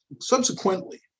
subsequently